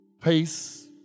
peace